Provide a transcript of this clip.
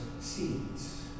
seeds